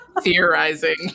theorizing